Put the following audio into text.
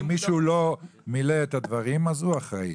אם מישהו לא מילא את הדברים אז הוא אחראי,